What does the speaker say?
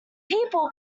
people